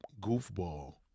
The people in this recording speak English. goofball